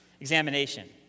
examination